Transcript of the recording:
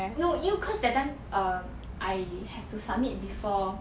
no you cause that time um I have to submit before